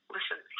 Listen